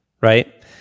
Right